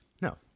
No